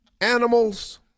animals